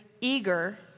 eager